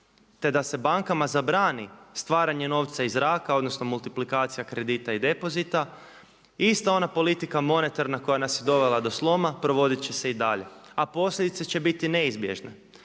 te da se bankama zabrani stvaranje novca iz zraka, odnosno multiplikacija kredita i depozita, ista ona politika monetarna koja nas je dovela do sloma provodit će se i dalje. A posljedice će biti neizbježne.